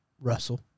Russell